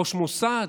ראש מוסד?